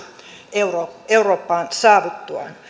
eurooppaan eurooppaan saavuttuaan